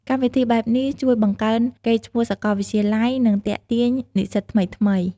កម្មវិធីបែបនេះជួយបង្កើនកេរ្តិ៍ឈ្មោះសាកលវិទ្យាល័យ និងទាក់ទាញនិស្សិតថ្មីៗ។